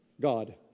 God